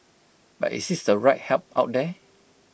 but is this the right help out there